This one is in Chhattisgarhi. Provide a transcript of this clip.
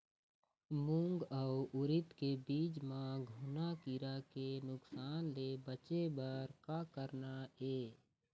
मूंग अउ उरीद के बीज म घुना किरा के नुकसान ले बचे बर का करना ये?